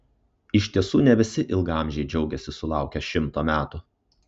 iš tiesų ne visi ilgaamžiai džiaugiasi sulaukę šimto metų